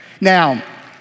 Now